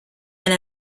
and